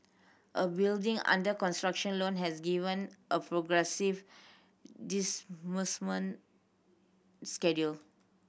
a building under construction loan has given a progressive disbursement schedule